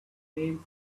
names